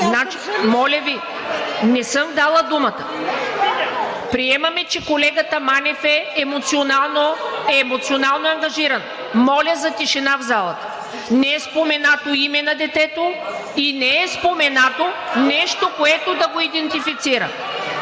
Моля Ви, не съм дала думата. Приемаме, че колегата Манев е емоционално ангажиран. (Шум и реплики от ГЕРБ-СДС.) Моля за тишина в залата! Не е споменато име на детето и не е споменато нещо, което да го идентифицира.